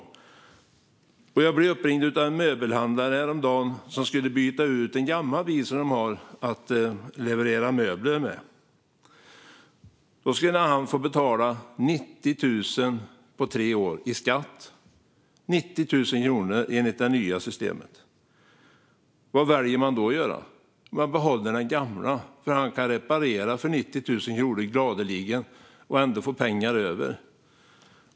Jag blev häromdagen uppringd av en möbelhandlare som skulle byta ut en gammal bil som de har för att leverera möbler. Han skulle enligt det nya systemet få betala 90 000 kronor i skatt fördelat på tre år. Vad väljer han då att göra? Han behåller gladeligen den gamla, för han kan reparera den för 90 000 och ändå få pengar över.